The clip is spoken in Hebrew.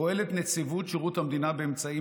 פועלת נציבות שירות המדינה באמצעים